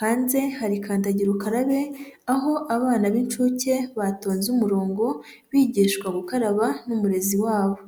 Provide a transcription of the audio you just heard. Hanze hari kandagirukarabe aho abana b'incuke batonze umurongo bigishwa gukaraba n'umurezi wabo.